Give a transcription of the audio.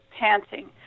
panting